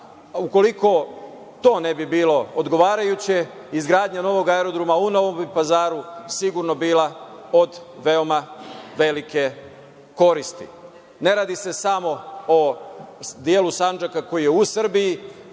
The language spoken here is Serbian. Ukoliko to ne bi bilo odgovarajuće, izgradnja novog aerodroma u Novom Pazaru bi sigurno bila od veoma velike koristi. Ne radi se samo o delu Sandžaka koji je u Srbiji,